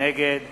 נגד